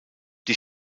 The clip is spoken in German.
die